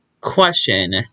question